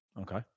Okay